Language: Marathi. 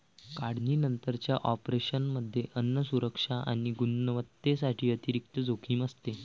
काढणीनंतरच्या ऑपरेशनमध्ये अन्न सुरक्षा आणि गुणवत्तेसाठी अतिरिक्त जोखीम असते